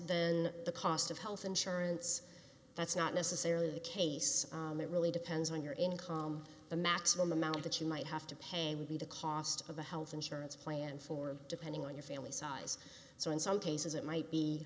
the and the cost of health insurance that's not necessarily the case it really depends on your income the maximum amount that you might have to pay would be the cost of a health insurance plan for depending on your family size so in some cases it might be